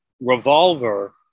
revolver